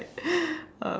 um